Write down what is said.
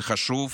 זה חשוב.